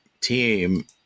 team